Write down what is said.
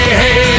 hey